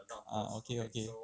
orh okay okay